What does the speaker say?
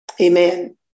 Amen